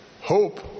hope